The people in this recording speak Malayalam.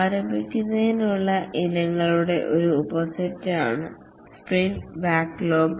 ആരംഭിക്കുന്നതിനുള്ള ഇനങ്ങളുടെ ഒരു ഉപസെറ്റാണ് സ്പ്രിന്റ് ബാക്ക്ലോഗ്